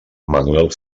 manuel